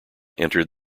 entered